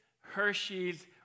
Hershey's